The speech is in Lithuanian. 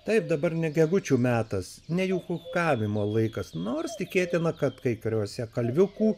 taip dabar ne gegučių metas ne jų kukavimo laikas nors tikėtina kad kai kuriuose kalviukų